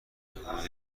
حدود